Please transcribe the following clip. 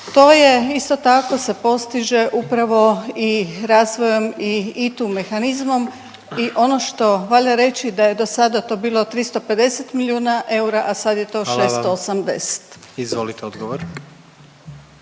To je isto tako se postiže upravo i razvojem i ITU mehanizmom i ono što valja reći da je do sada to bilo 350 milijuna eura, a sad je to 680. **Jandroković,